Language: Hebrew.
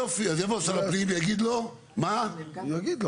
היא לא הגישה,